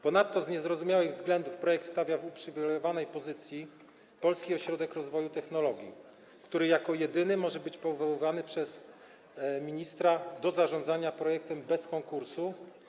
Ponadto z niezrozumiałych względów projekt stawia w uprzywilejowanej pozycji Polski Ośrodek Rozwoju Technologii, który jako jedyny może być powoływany przez ministra do zarządzania projektem bez konkursu.